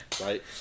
Right